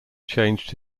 changed